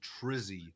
trizzy